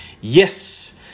Yes